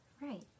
right